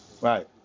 Right